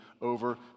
over